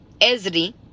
ezri